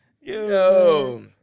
Yo